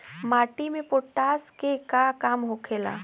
माटी में पोटाश के का काम होखेला?